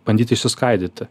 bandyti išsiskaidyti